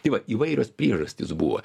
tai va įvairios priežastys buvo